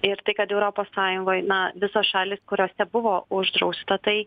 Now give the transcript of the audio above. ir tai kad europos sąjungoj na visos šalys kuriose buvo uždrausta tai